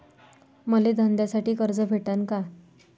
मले धंद्यासाठी कर्ज भेटन का?